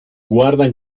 guardan